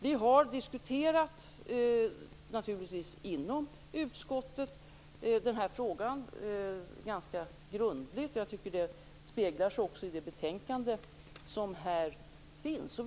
Vi har naturligtvis diskuterat den här frågan ganska grundligt inom utskottet, och jag tycker att det också speglas i det betänkande som här föreligger.